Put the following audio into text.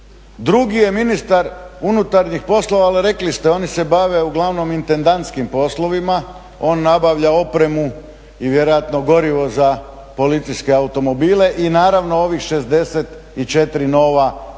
Drugi je ministar unutarnjih poslova ali rekli ste oni se bave uglavnom intendantskim poslovima on nabavlja opremu i vjerojatno gorivo za policijske automobile i naravno ovih 64 nova koja